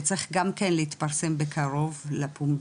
זה צריך גם כן להתפרסם בקרוב לפומבי,